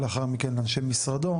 לאחר מכן לאנשי משרדו,